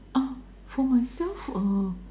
ah for myself uh